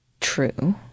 true